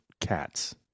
cats